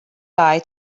guy